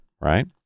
right